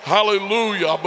Hallelujah